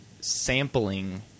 sampling